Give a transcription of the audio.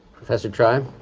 professor tribe?